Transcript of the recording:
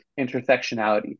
intersectionality